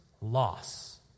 loss